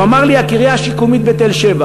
הוא אמר לי: הקריה השיקומית בתל-שבע.